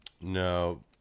No